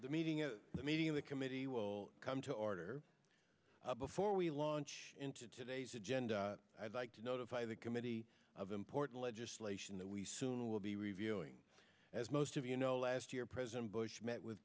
meeting at the meeting of the committee will come to order before we launch into today's agenda i'd like to notify the committee of important legislation that we soon will be reviewing as most of you know last year president bush met with